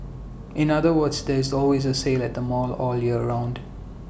in other words there is always A sale at the mall all year around